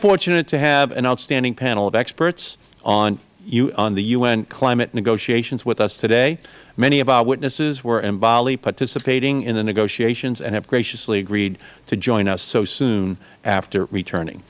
fortunate to have an outstanding panel of experts on the u n climate negotiations with us today many of our witnesses were in bali participating in the negotiations and have graciously agreed to join us so soon after returning